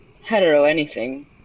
hetero-anything